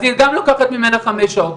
אז היא גם לוקחת ממנה חמש שעות.